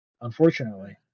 Unfortunately